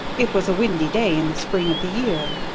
it was a windy day in the spring of the year.